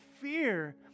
fear